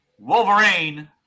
Wolverine